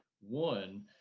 one